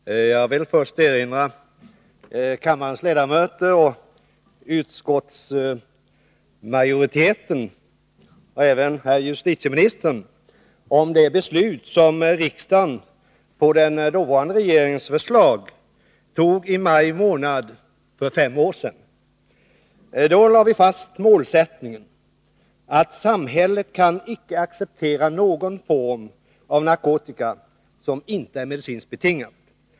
Herr talman! Jag vill först erinra kammarens ledamöter, utskottsmajoriteten och även herr justitieministern om det beslut som riksdagen fattade i maj månad för fem år sedan på den dåvarande regeringens förslag. Då lade vi fast målsättningen att samhället icke kan acceptera något bruk av narkotika som inte är medicinskt betingat.